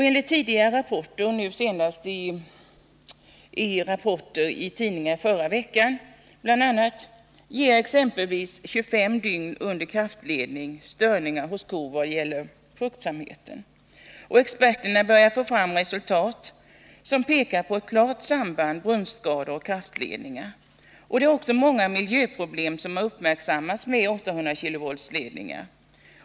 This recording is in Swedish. Enligt tidigare rapporter och senast enligt rapporter i tidningar i förra veckan ger exempelvis vistelse 25 dygn under kraftledning störningar hos kor vad gäller fruktsamheten. Experterna börjar få fram resultat som pekar på ett klart samband mellan brunstskador och kraftledningar. Även många miljöproblem har uppmärksammats i samband med 800 kV-ledningar.